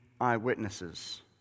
eyewitnesses